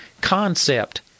concept